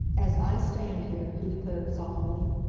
as i stand here, he declared solemnly,